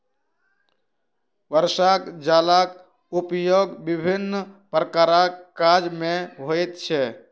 वर्षाक जलक उपयोग विभिन्न प्रकारक काज मे होइत छै